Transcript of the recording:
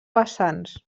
vessants